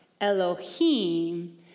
Elohim